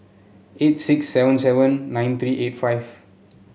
eight six seven seven nine three eight five